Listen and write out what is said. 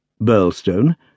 Burlstone